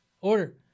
order